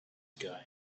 sky